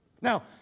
Now